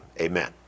amen